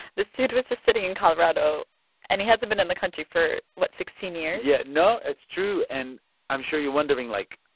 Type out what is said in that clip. this dude was just sitting in colorado and he hasn't been in the country for what? sixteen years? yeah. no, it's true. and i'm sure you're wondering, like,